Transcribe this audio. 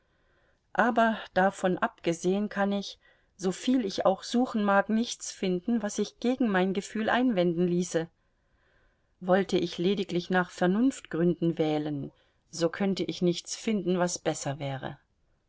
aber davon abgesehen kann ich soviel ich auch suchen mag nichts finden was sich gegen mein gefühl einwenden ließe wollte ich lediglich nach vernunftgründen wählen so könnte ich nichts finden was besser wäre